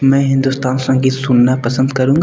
मैं हिंदुस्तानी संगीत सुनना पसंद करूँगा